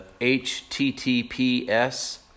https